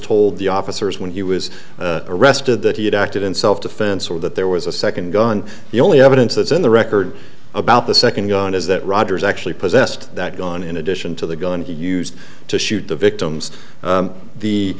told the officers when he was arrested that he had acted in self defense or that there was a second gun the only evidence that's in the record about the second gun is that rogers actually possessed that gone in addition to the gun he used to shoot the victims